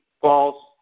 false